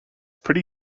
pretty